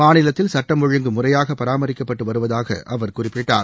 மாநிலத்தில் சட்டம் ஒழுங்கு முறையாக பராமரிக்கப்பட்டு வருவதாக அவர் குறிப்பிட்டார்